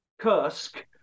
Kursk